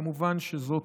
כמובן שזאת